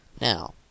Now